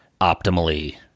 optimally